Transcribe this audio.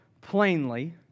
plainly